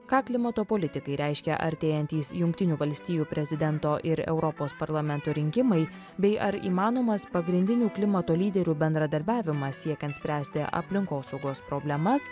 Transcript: ką klimato politikai reiškia artėjantys jungtinių valstijų prezidento ir europos parlamento rinkimai bei ar įmanomas pagrindinių klimato lyderių bendradarbiavimas siekiant spręsti aplinkosaugos problemas